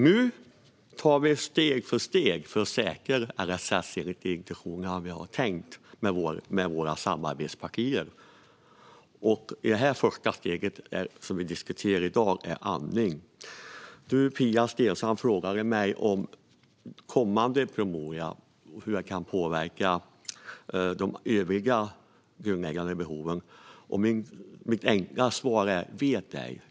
Nu tar vi steg för steg för att tillsammans med våra samarbetspartier säkra att LSS fungerar som vi har tänkt. Det första steget, som vi diskuterar i dag, är andning. Pia Steensland frågade mig om den kommande promemorian och om hur den kan påverka de övriga grundläggande behoven. Mitt enkla svar är: Vet ej.